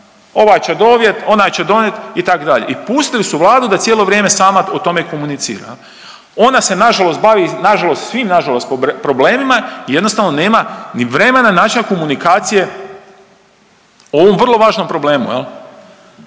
ovaj će donijete, onaj će donijet itd. i pustili su vladu da cijelo vrijeme sama o tome komunicira. Ona se nažalost bavi nažalost svim nažalost problemima i jednostavno nema ni vremena načina komunikacije o ovom vrlo važnom problemu.